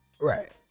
right